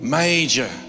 major